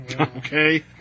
Okay